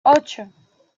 ocho